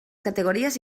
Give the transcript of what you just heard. categories